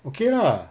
okay lah